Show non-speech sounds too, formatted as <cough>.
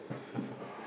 <laughs>